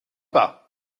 pas